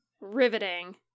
riveting